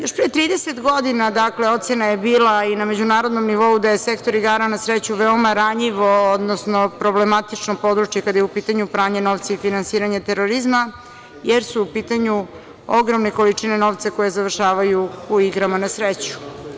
Još pre 30 godina ocena je bila i na međunarodnom nivou da je sektor igara na sreću veoma ranjivo, odnosno, problematično područje kada je u pitanju pranje novca i finansiranje terorizma, jer su u pitanju ogromne količine novca koje završavaju u igrama na sreću.